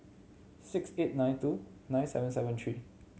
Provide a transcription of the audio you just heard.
six eight nine two nine seven seven three